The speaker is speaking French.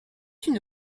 une